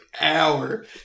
hour